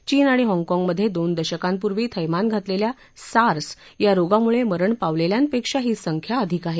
चीन आणि हॉगकॉंग मध्ये दोन दशकांपूर्वी थैमान घातलेल्या सार्स या रोगामुळे मरण पावलेल्यांपेक्षा ही संख्या अधिक आहे